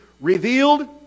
revealed